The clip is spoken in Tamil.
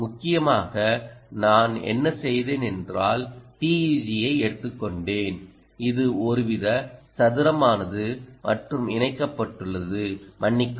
முக்கியமாக நான் என்ன செய்தேன் என்றால் TEG ஐ எடுத்துக் கொண்டேன் இது ஒருவித சதுரமானது மற்றும் இணைக்கப்பட்டுள்ளது மன்னிக்கவும்